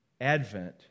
Advent